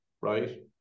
right